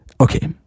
Okay